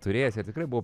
turėjęs ir tikrai buvau